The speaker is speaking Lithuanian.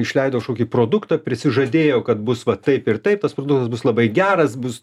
išleido kažkokį produkto prisižadėjo kad bus va taip ir taip tas produktas bus labai geras bus